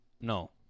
No